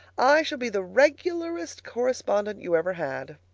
i shall be the regularest correspondent you ever had.